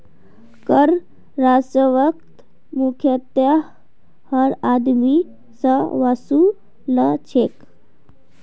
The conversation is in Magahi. कर राजस्वक मुख्यतयः हर आदमी स वसू ल छेक